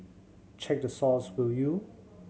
check the source will you